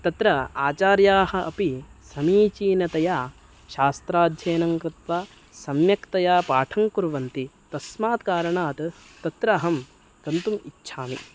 तत्र आचार्याः अपि समीचीनतया शास्त्राध्ययनं कृत्वा सम्यक्तया पाठं कुर्वन्ति तस्मात् कारणात् तत्र अहं गन्तुम् इच्छामि